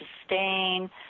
sustain